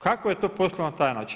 Kakva je to poslovna tajna?